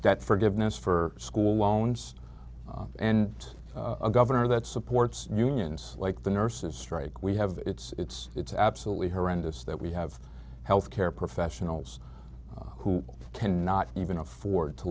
debt forgiveness for school loans and a governor that supports unions like the nurses strike we have it's it's absolutely horrendous that we have health care professionals who cannot even afford to